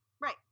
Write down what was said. Right